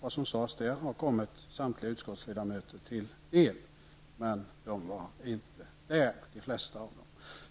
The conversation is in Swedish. Vad som sades där borde ha kommit samtliga utskottsledamöter till del, men de flesta var alltså inte där.